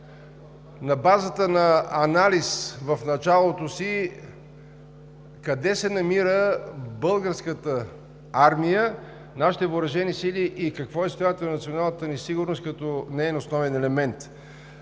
на базата на анализ къде се намира Българската армия, нашите въоръжени сили и какво е състоянието на националната ни сигурност като неин основен елемент.